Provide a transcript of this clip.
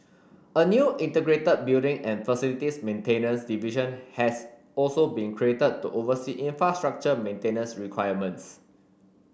a new integrated building and facilities maintenance division has also been created to oversee infrastructure maintenance requirements